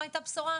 מה הייתה בשורה?